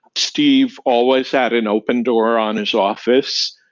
steve always had an open door on his office,